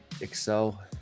Excel